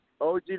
OG